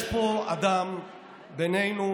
יש פה אדם בינינו